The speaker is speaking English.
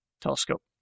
telescope